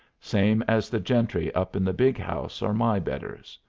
same as the gentry up in the big house are my betters.